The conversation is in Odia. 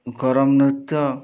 କରମ୍ ନୃତ୍ୟ